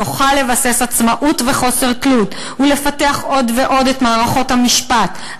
נוכל לבסס עצמאות וחוסר תלות ולפתח עוד ועוד את מערכות המשפט,